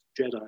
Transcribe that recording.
Jedi